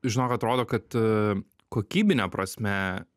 žinok atrodo kad a kokybine prasme